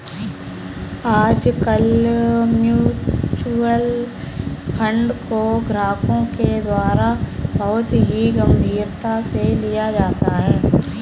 आजकल mutual fund को ग्राहकों के द्वारा बहुत ही गम्भीरता से लिया जाता है